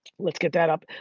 let's get that up.